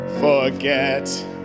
forget